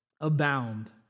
abound